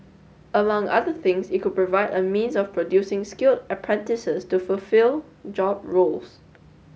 among other things it could provide a means of producing skilled apprentices to fulfil job roles